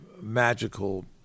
magical